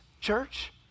church